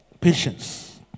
Patience